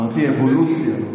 אמרתי אבולוציה.